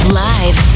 live